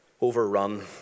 overrun